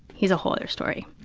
he's a whole other story.